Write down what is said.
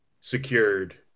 secured